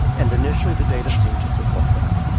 and initially the data seemed to support that.